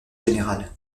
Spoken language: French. général